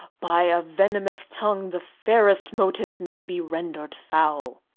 by a venomous tongue the fairest motives may be rendered foul,